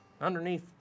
underneath